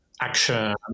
action